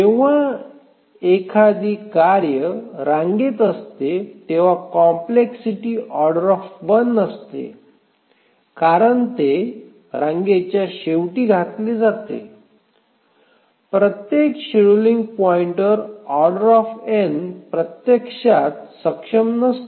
जेव्हा एखादी कार्य रांगेत असते तेव्हा कॉम्प्लेक्सिटीO असते कारण ते रांगेच्या शेवटी घातली जाते प्रत्येक शेड्यूलिंग पॉईंटवर O प्रत्यक्षात सक्षम नसते